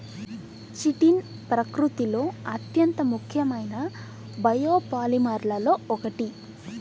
chitin ప్రకృతిలో అత్యంత ముఖ్యమైన బయోపాలిమర్లలో ఒకటి